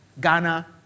Ghana